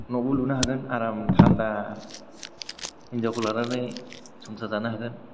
न'बो लुनो हागोन आराम थानदा हिन्जावखौ लानानै संसार जानो हागोन